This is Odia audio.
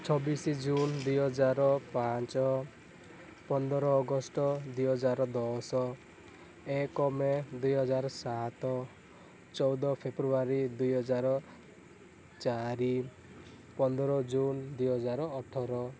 ଛବିଶ ଜୁନ ଦୁଇ ହଜାର ପାଞ୍ଚ ପନ୍ଦର ଅଗଷ୍ଟ ଦୁଇ ହଜାର ଦଶ ଏକ ମେ ଦୁଇ ହଜାର ସାତ ଚଉଦ ଫେବୃଆରୀ ଦୁଇ ହଜାର ଚାରି ପନ୍ଦର ଜୁନ ଦୁଇ ହଜାର ଅଠର